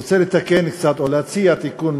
אני רוצה להציע תיקון,